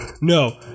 no